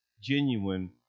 genuine